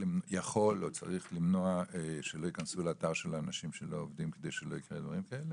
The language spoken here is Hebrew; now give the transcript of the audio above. או צריך למנוע שלא יכנסו לאתר של העובדים כדי שלא ייקרו דברים כאלה?